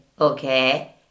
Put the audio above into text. okay